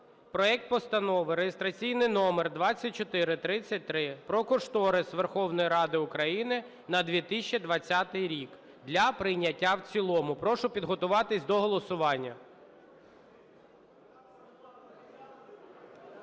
проект Постанови (реєстраційний номер 2433) про кошторис Верховної Ради України на 2020 рік для прийняття в цілому. Прошу підготуватись до голосування.